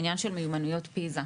העניין של מיומנויות פיזה.